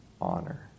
honor